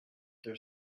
their